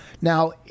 Now